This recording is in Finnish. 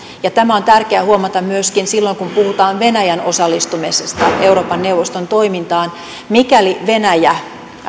tämä on tärkeä huomata myöskin silloin kun puhutaan venäjän osallistumisesta euroopan neuvoston toimintaan mikäli venäjä